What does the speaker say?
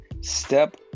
step